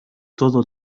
todo